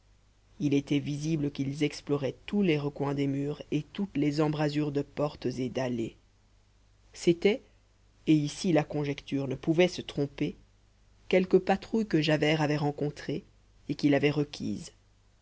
il était visible qu'ils exploraient tous les recoins des murs et toutes les embrasures de portes et d'allées c'était et ici la conjecture ne pouvait se tromper quelque patrouille que javert avait rencontrée et qu'il avait requise